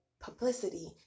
publicity